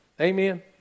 Amen